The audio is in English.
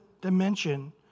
dimension